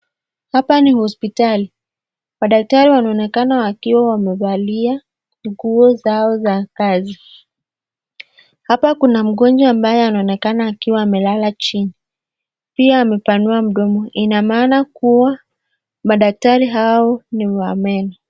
Hapa ni hospitali, madaktari wanaonekana wakiwa wamevalia nguo zao za kazi. Hapa kuna mgonjwa ambaye anaonekana akiwa amelala chini, pia amepanua mdomo inamaana kua madaktari hao ni wa meno.